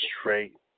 straight